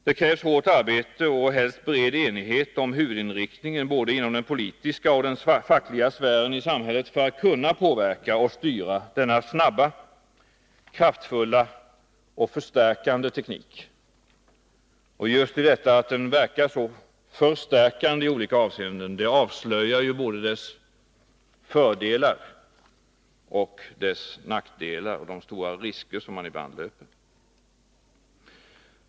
Det krävs hårt arbete och helst bred enighet om huvudinriktningen inom både den politiska och den fackliga sfären i samhället för att kunna påverka och styra denna snabba, kraftfulla och förstärkande teknik. Just detta att datatekniken verkar så förstärkande i olika avseenden avslöjar både dess fördelar och dess nackdelar liksom de stora risker som man ibland löper.